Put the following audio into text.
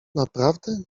naprawdę